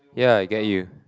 yeah I get you